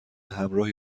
همراهی